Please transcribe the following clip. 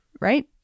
right